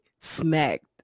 smacked